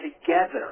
together